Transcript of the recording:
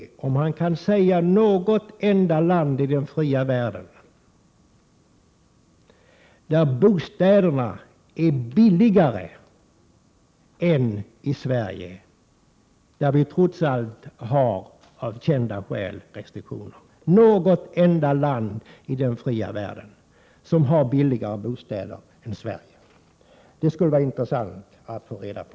Kan Knut Billing nämna något enda land i den fria världen där bostäderna är billigare än i Sverige, där vi trots allt, av kända skäl, har restriktioner? Det skulle det vara intressant att få reda på.